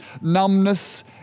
numbness